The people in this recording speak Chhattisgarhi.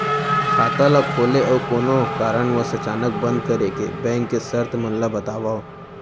खाता ला खोले अऊ कोनो कारनवश अचानक बंद करे के, बैंक के शर्त मन ला बतावव